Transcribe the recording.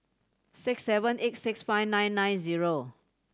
six seven eight six five nine nine zero